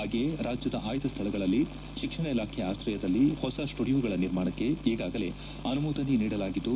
ಹಾಗೆಯೇ ರಾಜ್ಜದ ಆಯ್ದ ಸ್ಥಳಗಳಲ್ಲಿ ಶಿಕ್ಷಣ ಇಲಾಖೆ ಆತ್ರಯದಲ್ಲಿ ಹೊಸ ಸ್ಪುಡಿಯೋಗಳ ನಿರ್ಮಾಣಕ್ಕೆ ಈಗಾಗಲೇ ಅನುಮೋದನೆ ನೀಡಲಾಗಿದ್ದು